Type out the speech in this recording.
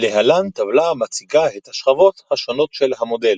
להלן טבלה המציגה את השכבות השונות של המודל